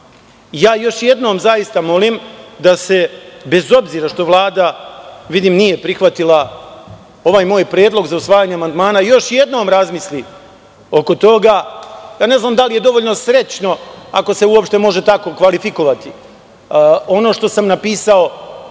imao. Još jednom zaista molim da, bez obzira što Vlada vidim nije prihvatila ovaj moj predlog za usvajanje amandmana, još jednom razmisli oko toga. Ne znam da li je dovoljno srećno, ako se uopšte može tako kvalifikovati, ono što sam napisao